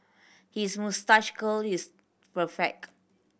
his moustache curl is perfect